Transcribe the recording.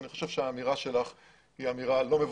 אני חושב שהאמירה שלך היא אמירה לא מבוססת.